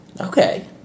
Okay